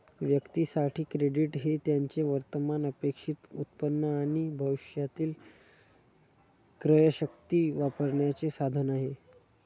व्यक्तीं साठी, क्रेडिट हे त्यांचे वर्तमान अपेक्षित उत्पन्न आणि भविष्यातील क्रयशक्ती वापरण्याचे साधन आहे